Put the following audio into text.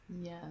Yes